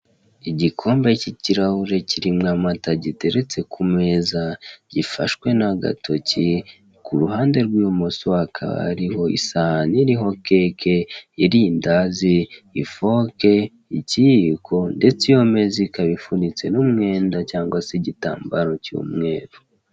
Igikombe k'ikirahure kirimo amata giteretse kumeza, gifashwe n'agatoki, kuruhande rw'ibumoso hakaba hariho isahane iriho keke, irindazi, ifoke, ikiyiko, ndetse iyo meza ikaba ifunitse n'umwenda cyangwa se igitambaro cy'umweru.